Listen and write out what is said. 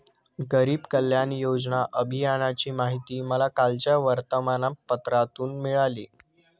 गरीब कल्याण योजना अभियानाची माहिती मला कालच्या वर्तमानपत्रातून मिळाली